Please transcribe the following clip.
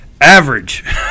average